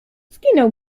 skinął